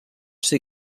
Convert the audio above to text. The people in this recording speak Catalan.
ser